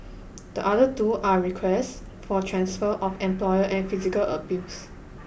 the other two are requests for transfer of employer and physical abuse